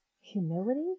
humility